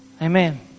Amen